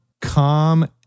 calm